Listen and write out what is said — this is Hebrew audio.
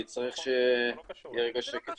אני צריך שיהיה רגע שקט,